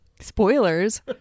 Spoilers